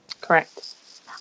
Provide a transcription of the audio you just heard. Correct